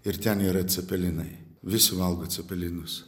ir ten yra cepelinai visi valgo cepelinus